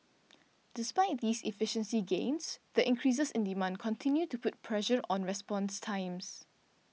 despite these efficiency gains the increases in demand continue to put pressure on response times